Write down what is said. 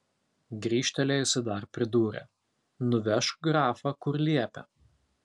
grįžtelėjusi dar pridūrė nuvežk grafą kur liepė